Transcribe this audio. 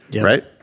Right